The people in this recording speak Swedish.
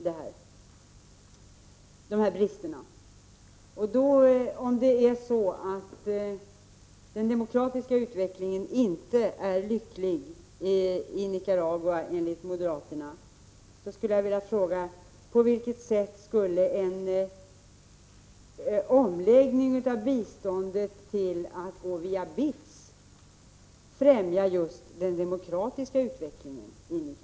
Om det enligt moderaternas uppfattning är så att den demokratiska utvecklingen i Nicaragua inte är lycklig, skulle jag vilja fråga: På vilket sätt skulle en omläggning av biståndet till att gå via BITS främja just den demokratiska utvecklingen i Nicaragua?